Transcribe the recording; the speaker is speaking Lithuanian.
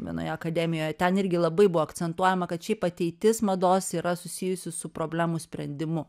vienoje akademijoje ten irgi labai buvo akcentuojama kad šiaip ateitis mados yra susijusi su problemų sprendimu